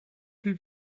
peu